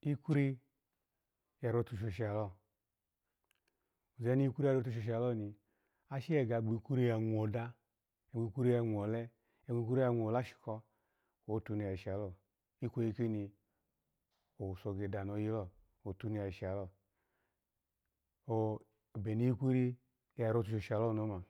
Ikwiri ya rotu shishalo, oza i yi kwiri ya rotushoshaloni, ase ya gege ya kpo kwiri ya mwoda, kpikwiri ya mwole, kpikwiri ya mwoleshiko kweyi otunu ya shalo, ikweyi koni owuso ki danayilo. otunu ya shalo ooh ebeni ikwiri ya rotu shoshaloni oma,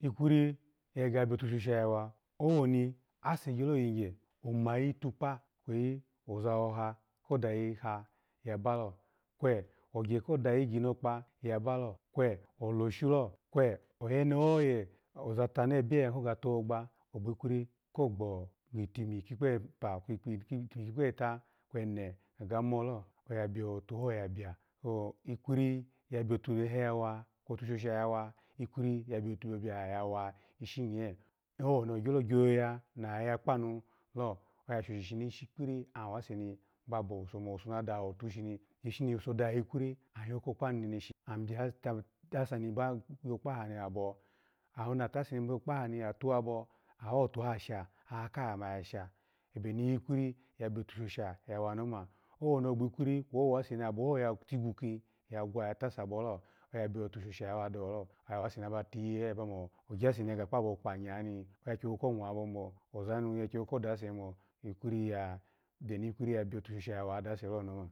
ikwiri ya gege ya biyo tushosha ya wa, owoni ase gyoto yigye omayi tukpa kweyi ozahoha ko dayi ha yabalo kwe ogye ko dayi ginokpa yabalo, kwe doshulo, kwe oyewehoye oza tunu ehiye, oya yimu ko ga togbogba, ogbikwari, ko gbo itimi kikpo epa, kwata, kwene oga moto oya biyo tuho yabiya, so kwiri aya biyo tuwehe yawa, kwo tushosha ya wa, kwiri ya biyo tubiyoya yawa ishinye owoni ogyolo yoya na ya kpanulo, ashoshi ni ishikpiri an wase ni ba bowuso na daha atu, ishini owuso daha ikwiri shini ayoko kpanu neneshi, abiya bita bi tuseni bayo kpahani abo, ohoni tase ni yokpaani atuwabo, awa otuha yasha akaha ma ya sha, ebeni ikwiri ya biyo tusho sha ya wa ni oma, owoni ogbikwiri kweyi owase ni aboho ye tigwuki kwe oya gwatasabo oya biyo tushosha, ya wa dawolo, aseni abatiye ye komo ogyase ni ya ga kpabo kpanyani, oya gyo gulu ko mwabo o ozana oya gyogwu ko dase mo ikwiri ya, ebeni kwiri yawa biyo tushosha yawadase loma.